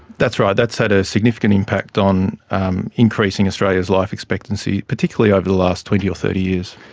that's right, that's had a significant impact on um increasing australia's life expectancy, particularly over the last twenty or thirty years.